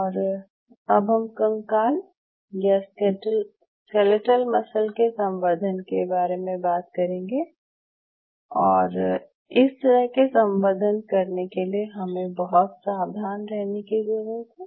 और अब हम कंकाल या स्केलेटल मसल के संवर्धन के बारे में बात करेंगे और इस तरह के संवर्धन करने के लिए हमें बहुत सावधान रहने की ज़रूरत है